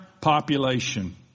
population